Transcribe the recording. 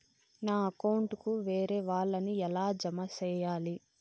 నా అకౌంట్ కు వేరే వాళ్ళ ని ఎలా జామ సేయాలి?